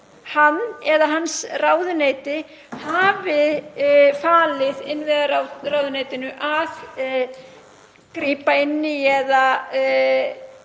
hann eða hans ráðuneyti hafi falið innviðaráðuneytinu að grípa inn í eða